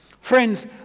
Friends